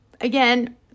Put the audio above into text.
Again